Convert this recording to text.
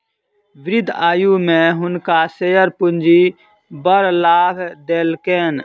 वृद्ध आयु में हुनका शेयर पूंजी बड़ लाभ देलकैन